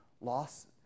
loss